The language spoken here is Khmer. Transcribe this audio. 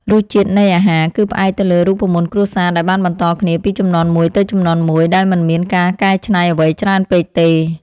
រសជាតិនៃអាហារ គឺផ្អែកទៅលើរូបមន្តគ្រួសារដែលបានបន្តគ្នាពីជំនាន់មួយទៅជំនាន់មួយដោយមិនមានការកែច្នៃអ្វីច្រើនពេកទេ។